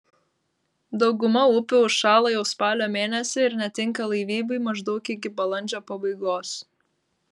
dauguma upių užšąla jau spalio mėnesį ir netinka laivybai maždaug iki balandžio pabaigos